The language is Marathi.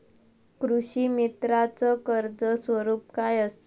कृषीमित्राच कर्ज स्वरूप काय असा?